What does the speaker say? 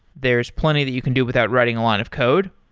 there's plenty that you can do without writing a lot of code,